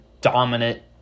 dominant